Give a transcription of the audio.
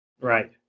Right